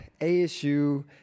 ASU